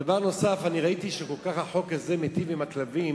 דבר נוסף, ראיתי שהחוק הזה מטיב כל כך עם הכלבים